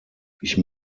ich